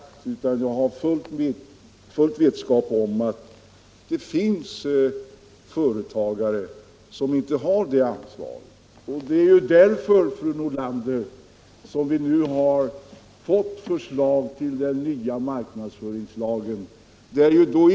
Men jag har full vetskap om att det finns företagare som inte har det ansvaret, och det är ju därför, fru Nordlander, som vi nu har fått förslag till den nya marknadsföringslagen.